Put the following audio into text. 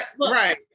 right